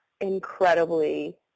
incredibly